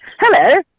Hello